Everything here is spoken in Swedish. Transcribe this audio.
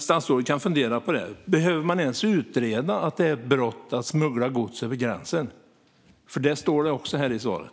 Statsrådet kan fundera på det här: Behöver man ens utreda att det är ett brott att smuggla gods över gränsen? Det sas också i svaret.